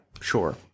Sure